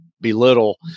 belittle